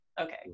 Okay